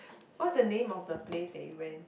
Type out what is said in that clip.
what's the name of the place that you went